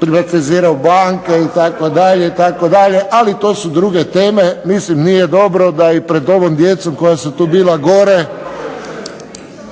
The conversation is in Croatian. privatizirao banke itd., itd., ali to su druge teme. Mislim nije dobro da i pred ovom djecom koja su tu bila gore